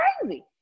crazy